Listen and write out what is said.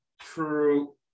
true